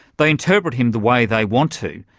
they interpret him the way they want to.